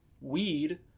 weed